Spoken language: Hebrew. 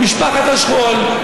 למשפחת השכול,